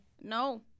No